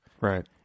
Right